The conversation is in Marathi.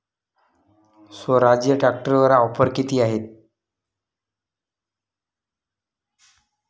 स्वराज्य ट्रॅक्टरवर ऑफर किती आहे?